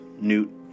Newt